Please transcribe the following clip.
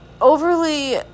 overly